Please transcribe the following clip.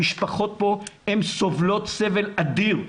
המשפחות פה סובלות סבל אדיר,